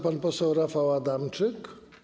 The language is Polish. Pan poseł Rafał Adamczyk.